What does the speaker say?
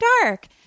dark